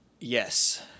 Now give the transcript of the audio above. Yes